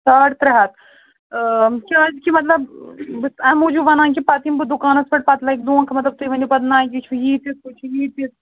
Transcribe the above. ساڑ ترٕٛہ ہَتھ کیٛازِ کہِ مطلب بہٕ چھَس اَمہِ موٗجوٗب ونان کہِ پتہٕ یِمہٕ بہٕ دُکانَس پیٚٹھ پتہٕ لَگہِ دھونٛکھٕ مطلب تُہۍ ؤنِو پتہٕ نہَ یہِ چھُ یِیٖتِس تہٕ ہُو چھُ یِیٖتِس